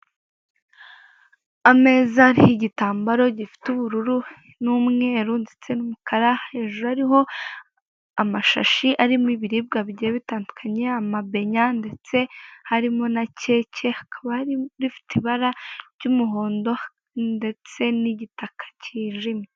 Ameza ariho igitambaro gifite ubururu n'umweru ndetse n'umukara, hejuru hariho amashashi arimo ibiribwa bigiye bitandukanye, amabenya ndetse harimo na cyecye, hakaba hari n'ifite ibara ry'umuhondo ndetse n'igitaka kijimye.